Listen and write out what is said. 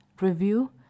review